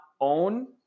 own